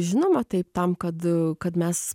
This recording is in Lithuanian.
žinoma taip tam kad kad mes